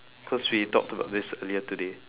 cause we talked about this earlier today